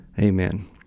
Amen